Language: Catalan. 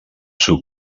seu